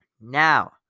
Now